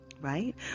right